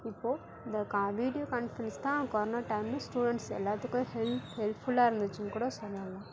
இப்போ இந்த கா வீடியோ கான்ஃபரன்ஸ் தான் கொரோனோ டைம்மில் ஸ்டூடண்ட்ஸ் எல்லாத்துக்கும் ஹெல்ப் ஹெல்ப் ஃபுல்லாக இருந்துச்சுன்னு கூட சொல்லலாம்